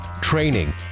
training